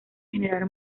generar